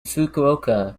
fukuoka